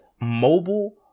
mobile